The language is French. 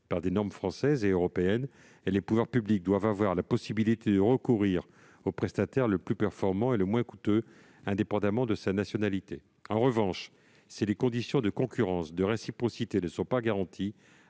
par des normes françaises et européennes. Les pouvoirs publics doivent recourir au prestataire le plus performant et le moins coûteux, indépendamment de sa nationalité. En revanche, si les conditions de concurrence et de réciprocité ne sont pas garanties,